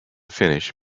finish